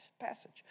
passage